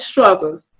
struggles